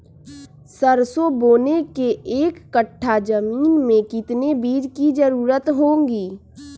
सरसो बोने के एक कट्ठा जमीन में कितने बीज की जरूरत होंगी?